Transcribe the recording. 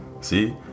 See